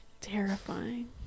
Terrifying